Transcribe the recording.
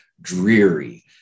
dreary